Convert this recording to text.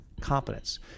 Competence